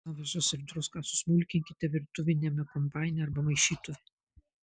avižas ir druską susmulkinkite virtuviniame kombaine arba maišytuve